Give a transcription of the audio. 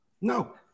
no